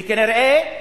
וכנראה,